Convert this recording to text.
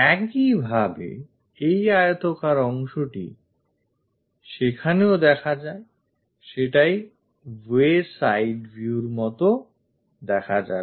একইভাবে এই আয়তাকার অংশটি সেখানেও দেখা যায় সেটাই wayside view র মত দেখা যাবে